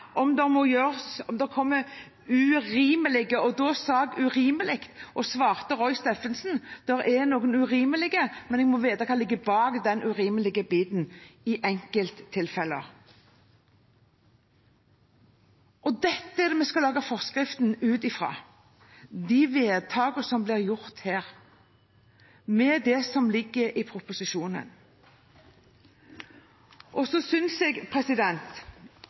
men jeg må vite hva som ligger bak det urimelige i enkelttilfeller. Dette er det vi skal lage forskriften ut fra, de vedtakene som er gjort her, med det som ligger i proposisjonen. Det har vært en lang debatt, og